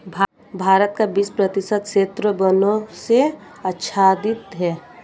भारत का बीस प्रतिशत क्षेत्र वनों से आच्छादित है